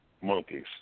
monkeys